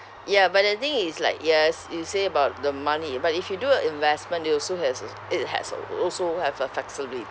ya but the thing is like yes you say about the money but if you do a investment it also has its it has a will also have a flexibility